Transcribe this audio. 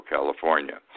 California